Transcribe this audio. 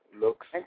Looks